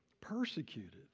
persecuted